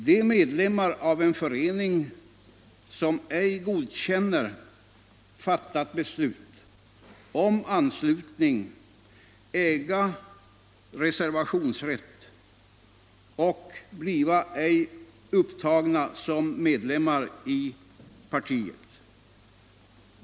De medlemmar av en förening, som ej godkänna fattat beslut om anslutning, äga reservationsrätt och bliva ej upptagna som medlemmar av partiet.